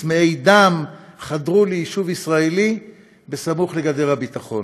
צמאי דם חדרו ליישוב ישראלי סמוך לגדר הביטחון.